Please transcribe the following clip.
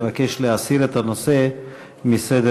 מבקש להסיר את הנושא מסדר-היום.